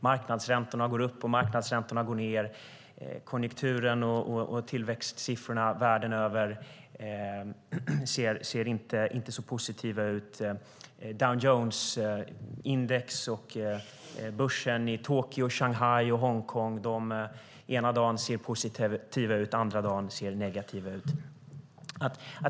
Marknadsräntorna går upp och de går ned, konjunkturen och tillväxtsiffrorna världen över ser inte positiva ut. Dow Jones index och börserna i Tokyo, Shanghai och Hongkong går upp den ena dagen och ned den andra.